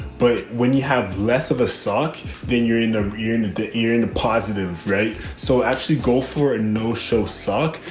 but when you have less of a sock, then you're in a in the ear and the positive, right? so actually go for a no show suck.